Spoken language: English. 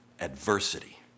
Adversity